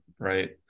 Right